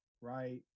right